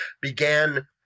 began